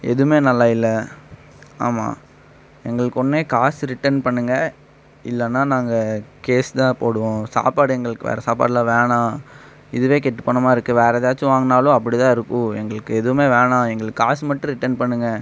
எதுவுமே நல்லா இல்லை ஆமா எங்களுக்கு ஒன்று காசு ரிட்டன் பண்ணுங்க இல்லைன்னா நாங்கள் கேஸ் தான் போடுவோம் சாப்பாடு எங்களுக்கு வேறு சாப்பாடெலாம் வேணாம் இதுவே கெட்டுப் போன மாதிரி இருக்கு வேறு ஏதாச்சும் வாங்கினாலும் அப்படி தான் இருக்கும் எங்களுக்கு எதுவுமே வேணாம் எங்களுக்கு காசு மட்டும் ரிட்டன் பண்ணுங்க